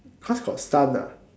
cause got stunt ah